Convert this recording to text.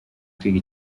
kwiga